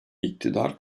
i̇ktidar